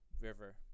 river